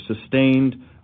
sustained